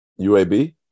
UAB